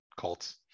cults